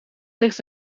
ligt